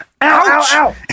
Ouch